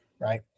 right